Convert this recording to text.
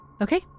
Okay